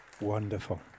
Wonderful